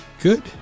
good